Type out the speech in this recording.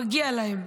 מגיע להם.